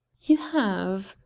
you have?